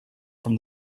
from